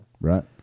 Right